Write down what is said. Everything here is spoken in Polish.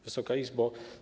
Wysoka Izbo!